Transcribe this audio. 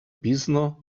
пізно